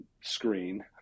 screen